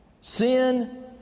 Sin